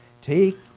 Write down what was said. Take